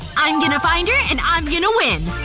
i'm gonna find her and i'm gonna win!